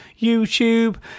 YouTube